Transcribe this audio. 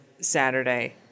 Saturday